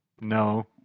No